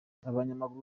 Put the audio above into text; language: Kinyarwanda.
abanyamaguru